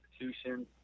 institutions